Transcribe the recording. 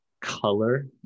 color